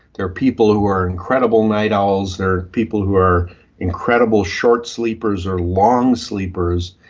there are people who are incredible night owls, there are people who are incredible short sleepers or long sleepers.